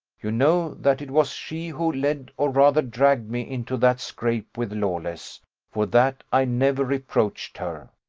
you know that it was she who led or rather dragged me into that scrape with lawless for that i never reproached her.